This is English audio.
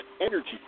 Energy